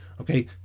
Okay